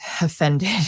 offended